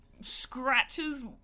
scratches